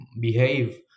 Behave